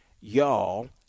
y'all